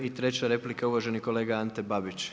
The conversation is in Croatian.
I treća replika uvaženi kolega Ante Babić.